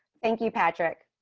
thank you, patrick.